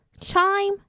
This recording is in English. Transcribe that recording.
Chime